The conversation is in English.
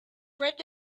bread